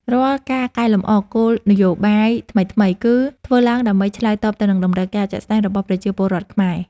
រាល់ការកែលម្អគោលនយោបាយថ្មីៗ គឺធ្វើឡើងដើម្បីឆ្លើយតបទៅនឹងតម្រូវការជាក់ស្ដែងរបស់ប្រជាពលរដ្ឋខ្មែរ។